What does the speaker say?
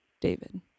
David